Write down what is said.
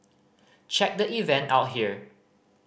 check the event out here